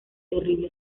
terrible